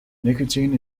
nicotine